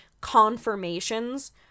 confirmations